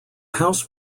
house